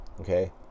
Okay